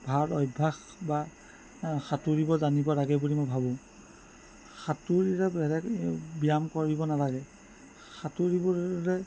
ভাল অভ্যাস বা সাঁতুৰিব জানিব লাগে বুলি মই ভাবোঁ সাঁতুৰিলে বেলেগ ব্যায়াম কৰিব নালাগে সাঁতুৰিবলৈ